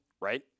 right